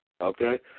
Okay